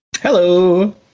hello